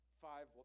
five